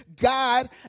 God